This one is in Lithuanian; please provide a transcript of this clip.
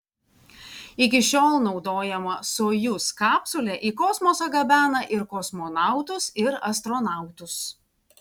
iki šiol naudojama sojuz kapsulė į kosmosą gabena ir kosmonautus ir astronautus